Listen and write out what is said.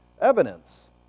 evidence